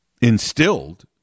instilled